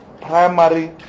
primary